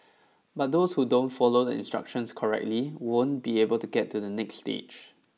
but those who don't follow the instructions correctly won't be able to get to the next stage